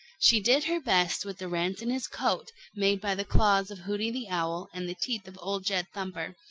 she did her best with the rents in his coat, made by the claws of hooty the owl and the teeth of old jed thumper,